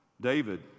David